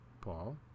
Paul